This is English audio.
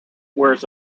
wears